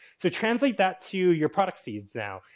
so, translate that to your product feeds now.